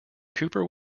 cooper